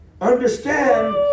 understand